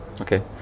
Okay